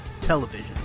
television